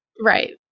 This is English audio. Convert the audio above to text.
Right